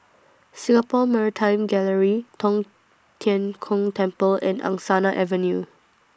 Singapore Maritime Gallery Tong Tien Kung Temple and Angsana Avenue